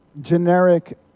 generic